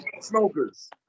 smokers